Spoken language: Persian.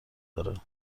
داره